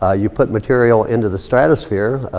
ah you put material into the stratophere,